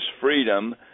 freedom